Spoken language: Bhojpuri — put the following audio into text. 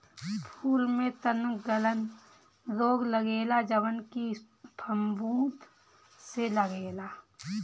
फूल में तनगलन रोग लगेला जवन की फफूंद से लागेला